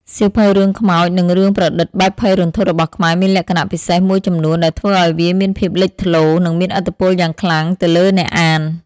សៀវភៅរឿងខ្មោច និងរឿងប្រឌិតបែបភ័យរន្ធត់របស់ខ្មែរមានលក្ខណៈពិសេសមួយចំនួនដែលធ្វើឲ្យវាមានភាពលេចធ្លោ និងមានឥទ្ធិពលយ៉ាងខ្លាំងទៅលើអ្នកអាន។